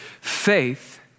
faith